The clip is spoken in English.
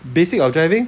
basic of driving